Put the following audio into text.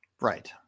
Right